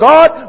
God